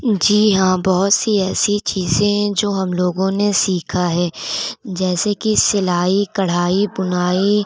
جی ہاں بہت سی ایسی چیزیں جو ہم لوگوں نے سیکھا ہے جیسے کہ سلائی کڑھائی بنائی